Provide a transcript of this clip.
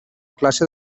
classe